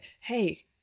Hey